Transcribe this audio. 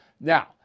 Now